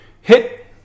hit